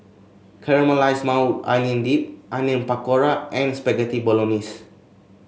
Caramelized Maui Onion Dip Onion Pakora and Spaghetti Bolognese